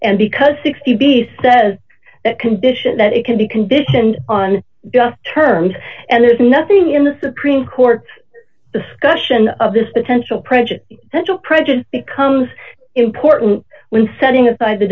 and because sixty b says that condition that it can be conditioned on the terms and there's nothing in the supreme court discussion of this potential prejudice that will prejudice becomes important when setting aside the